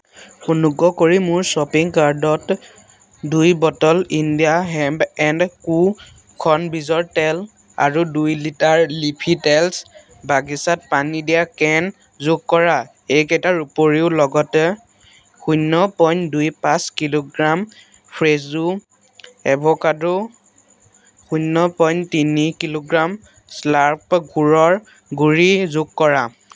অনুগ্ৰহ কৰি মোৰ শ্বপিং কাৰ্টত দুই bottle India Hemp and Co শণ বীজৰ তেল আৰু দুই লিটাৰ লিফি টেলছ বাগিচাত পানী দিয়া কেন যোগ কৰা এইকেইটাৰ উপৰিও লগতে শূন্য পইণ্ট দুই পাঁচ কিলোগ্ৰাম ফ্ৰেছো এভোকাডো শূন্য পইণ্ট তিনি কিলোগ্ৰাম স্লাৰ্প গুড়ৰ গুড়ি যোগ কৰা